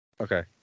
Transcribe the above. Okay